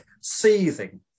seething